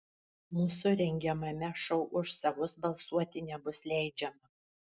mūsų rengiamame šou už savus balsuoti nebus leidžiama